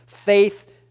Faith